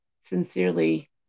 sincerely